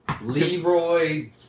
Leroy